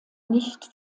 nicht